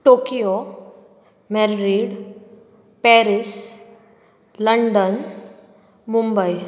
Tokyo Madrid Paris London Mumbai